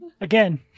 Again